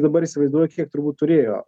dabar įsivaizduoju kiek turbūt turėjo